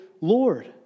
Lord